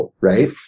right